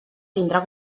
tindrà